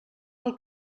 pel